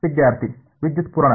ವಿದ್ಯಾರ್ಥಿ ವಿದ್ಯುತ್ ಪೂರಣ